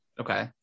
okay